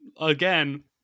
again